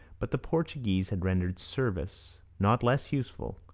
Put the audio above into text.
but the portuguese had rendered service not less useful.